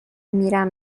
میرم